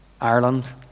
Ireland